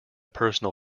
personal